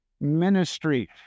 ministry